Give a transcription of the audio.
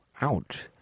ouch